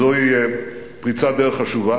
זוהי פריצת דרך חשובה.